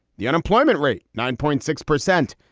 the unemployment rate nine point six percent.